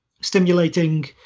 stimulating